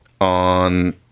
On